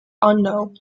unknown